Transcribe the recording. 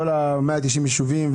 כל ה-190 ישובים,